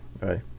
right